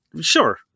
Sure